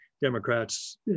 Democrats